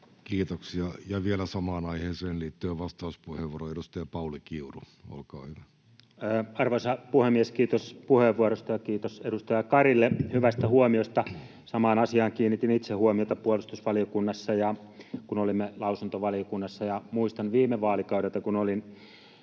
Kiitoksia. — Ja vielä samaan aiheeseen liittyen vastauspuheenvuoro, edustaja Pauli Kiuru, olkaa hyvä. Arvoisa puhemies! Kiitos puheenvuorosta ja kiitos edustaja Karille hyvästä huomiosta. Samaan asiaan kiinnitin itse huomiota puolustusvaliokunnassa, kun olimme lausuntovaliokunnassa. Muistan viime vaalikaudelta, kun olin